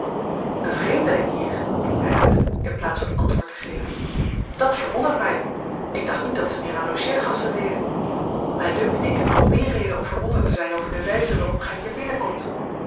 een vreemdeling hier riep hij uit in plaats van antwoord te geven dat verwondert mij ik dacht niet dat ze meer aan logeergasten deden mij dunkt ik heb nog meer reden om verwonderd te zijn over de wijze waarop gij hier binnenkomt